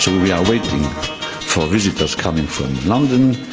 so we are waiting for visitors coming from london.